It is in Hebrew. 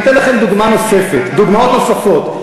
אני אתן לכם דוגמה נוספת, דוגמאות נוספות.